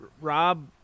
Rob